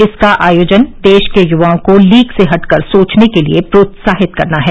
इसका आयोजन देश के युवाओं को लीक से हटकर सोचने के लिए प्रोत्साहित करना है